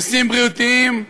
נושאים בריאותיים,